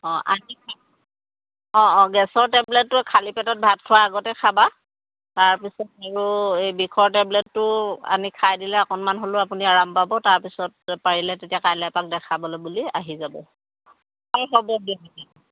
অঁ আনি অঁ অঁ গেছৰ টেবলেটটো খালি পেটত ভাত খোৱাৰ আগতে খাবা তাৰপিছত আৰু এই বিষৰ টেবলেটটো আনি খাই দিলে অকণমান হ'লেও আপুনি আৰাম পাব তাৰপিছত পাৰিলে তেতিয়া কাইলৈ এপাক দেখাবলৈ বুলি আহি যাব